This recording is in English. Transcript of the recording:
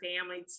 family